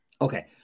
Okay